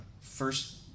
first